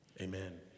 Amen